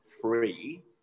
free